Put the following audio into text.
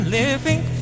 living